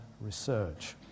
research